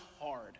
hard